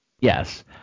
Yes